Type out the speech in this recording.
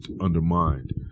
undermined